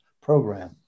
program